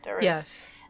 Yes